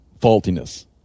faultiness